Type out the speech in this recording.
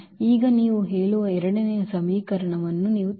ಈಗ ನೀವು ಹೇಳುವ ಎರಡನೇ ಸಮೀಕರಣವನ್ನು ನೀವು ತೆಗೆದುಕೊಳ್ಳುತ್ತೀರಿ